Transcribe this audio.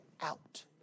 out